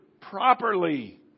properly